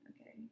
Okay